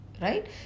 Right